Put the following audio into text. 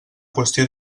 qüestió